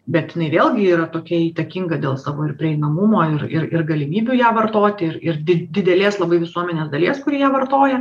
bet jinai vėlgi yra tokia įtakinga dėl savo ir prieinamumo ir ir ir galimybių ją vartoti ir ir didelės labai visuomenės dalies kuri ją vartoja